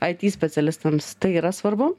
aity specialistams tai yra svarbu